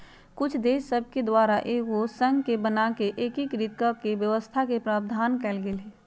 कुछ देश सभके द्वारा एगो संघ के बना कऽ एकीकृत कऽकेँ व्यवस्था के प्रावधान कएल गेल हइ